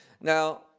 Now